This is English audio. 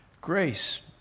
Grace